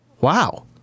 Wow